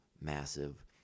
massive